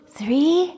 three